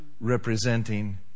Representing